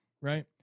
right